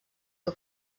que